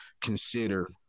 consider